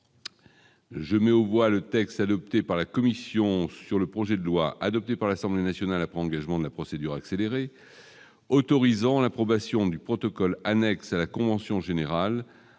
Je mets au voix le texte adopté par la commission sur le projet de loi adopté par l'Assemblée nationale après engagement de la procédure accélérée, autorisant l'approbation du protocole annexe à la convention générale